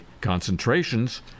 concentrations